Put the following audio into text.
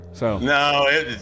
No